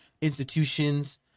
institutions –